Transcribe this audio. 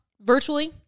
virtually